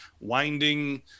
winding